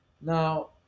now